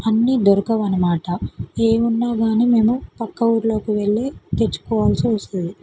అన్ని దొరకవు అన్నమాట ఏమి ఉన్నా కానీ మేము ప్రక్క ఊళ్ళోకి వెళ్ళే తెచ్చుకోవలసి వస్తుంది